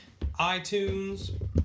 iTunes